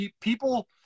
people